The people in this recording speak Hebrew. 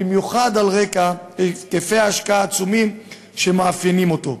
במיוחד על רקע היקפי ההשקעה העצומים שמאפיינים אותו.